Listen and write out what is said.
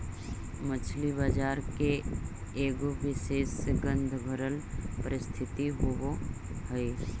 मछली बजार के एगो विशेष गंधभरल परिस्थिति होब हई